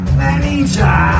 manager